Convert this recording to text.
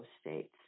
states